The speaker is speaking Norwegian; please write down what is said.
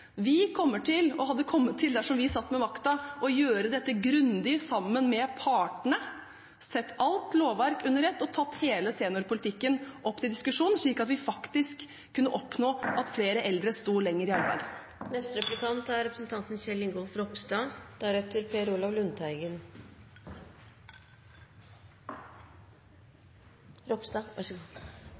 det kommer til reformer som skal være bærekraftige over tid og få en riktig effekt. Vi hadde kommet til, dersom vi satt med makten, å gjøre dette grundig sammen med partene, sett alt lovverk under ett og tatt hele seniorpolitikken opp til diskusjon, slik at vi faktisk kunne oppnå at flere eldre sto lenger i arbeid. Jeg har merket et stort engasjement fra representanten